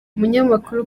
umunyamakuru